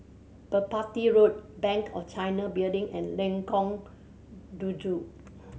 Merpati Road Bank of China Building and Lengkong Tujuh